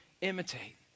imitate